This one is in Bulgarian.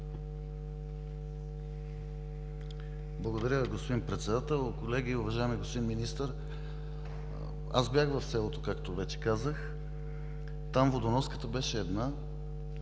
Благодаря Ви, господин Председател. Колеги, уважаеми господин Министър! Аз бях в селото, както вече казах. Там водоноската беше една